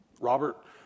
Robert